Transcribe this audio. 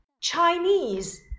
Chinese